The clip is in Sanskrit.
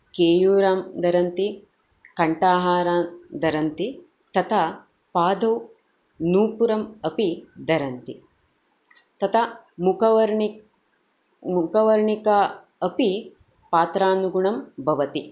केयुरम् धरन्ति कण्ठाहारान् धरन्ति तथा पादौ नूपुरम् अपि धरन्ति तथा मुखवर्णि मुखवर्णिका अपि पात्रानुगुणं भवति